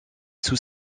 sous